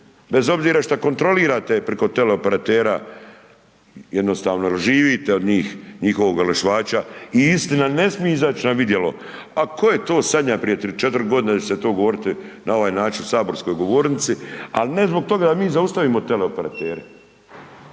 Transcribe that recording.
bez obzira što kontrolirate preko teleoperatera jednostavno jer živite od njih i njihovog .../Govornik se ne razumije./... i istina ne smije izaći na vidjelo, a tko je to sanjao prije 3, 4 godine da će se to govoriti na ovaj način u saborskoj govornici, ali ne zbog toga da mi zaustavimo teleoperatere,